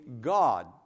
God